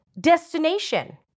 destination